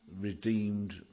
redeemed